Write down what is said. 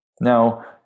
Now